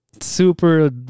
super